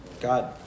God